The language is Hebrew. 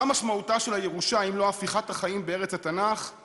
מה משמעותה של הירושה, אם לא הפיכת החיים בארץ התנ״ך?